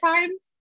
times